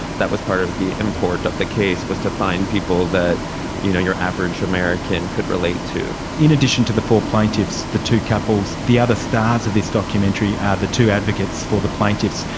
that was part of the import of the case, was to find people that you know your average american could relate to. in addition to the four plaintiffs, the two couples, the other stars of this documentary are and the two advocates for the plaintiffs.